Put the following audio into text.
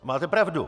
A máte pravdu.